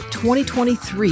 2023